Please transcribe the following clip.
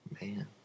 Man